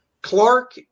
Clark